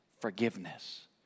forgiveness